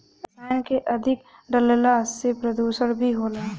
रसायन के अधिक डलला से प्रदुषण भी होला